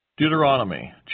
Deuteronomy